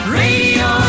radio